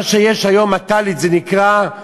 מה שיש היום, מתי"א זה נקרא,